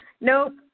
Nope